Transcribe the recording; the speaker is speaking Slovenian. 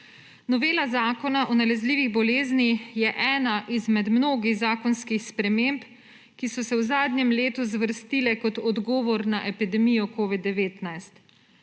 Novela Zakona o nalezljivih boleznih je ena izmed mnogih zakonskih sprememb, ki so se v zadnjem letu zvrstile kot odgovor na epidemijo covida-19.